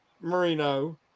Marino